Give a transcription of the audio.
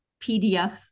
PDF